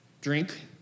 drink